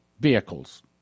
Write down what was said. vehicles